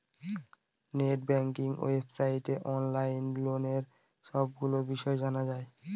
net banking ওয়েবসাইটে online লোনের সবগুলো বিষয় জানা যায়